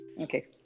okay